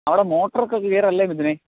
അവിടെ മോട്ടർ ഒക്കെ ക്ലിയർ അല്ലേ മിഥുനേ